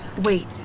Wait